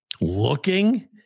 looking